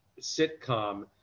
sitcom